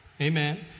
Amen